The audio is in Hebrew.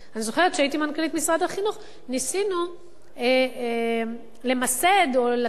אני זוכרת שכשהייתי מנכ"לית משרד החינוך ניסינו למסד או לתת